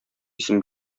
исем